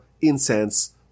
incense